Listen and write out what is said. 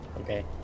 Okay